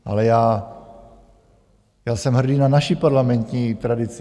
Ale já jsem hrdý na naši parlamentní tradici.